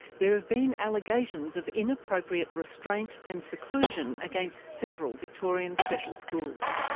there have been allegations of inappropriate restraint and seclusion against several victorian special schools.